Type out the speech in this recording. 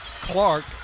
Clark